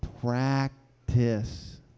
practice